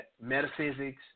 Metaphysics